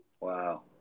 Wow